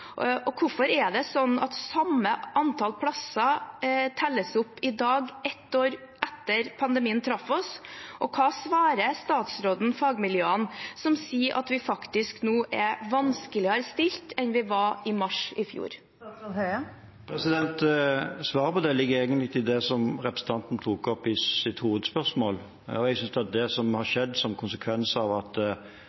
Hvorfor er det sånn at samme antall plasser telles opp i dag, ett år etter at pandemien traff oss? Og hva svarer statsråden fagmiljøene som sier at vi faktisk er vanskeligere stilt nå enn vi var i mars i fjor? Svaret på det ligger egentlig i det representanten tok opp i sitt hovedspørsmål. Jeg synes at det som har